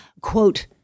Quote